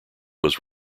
was